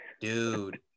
Dude